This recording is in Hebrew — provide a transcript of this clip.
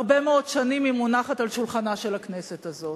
הרבה מאוד שנים היא מונחת על שולחנה של הכנסת הזאת.